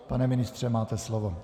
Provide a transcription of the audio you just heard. Pane ministře, máte slovo.